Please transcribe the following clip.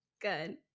Good